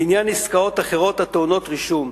לעניין עסקאות אחרות הטעונות רישום,